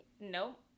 Nope